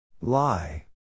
Lie